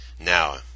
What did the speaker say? Now